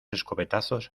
escopetazos